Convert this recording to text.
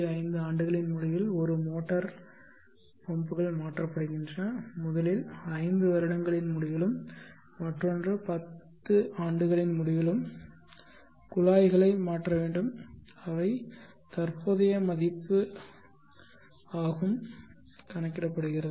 5 ஆண்டுகளின் முடிவில் ஒரு மோட்டார் பம்புகள் மாற்றப்படுகின்றன முதலில் ஐந்து வருடங்களின் முடிவிலும் மற்றொன்று பத்து ஆண்டுகளின் முடிவிலும் குழாய்களை மாற்ற வேண்டும் அவை தற்போதைய மதிப்பு ஆகும் கணக்கிடப்படுகிறது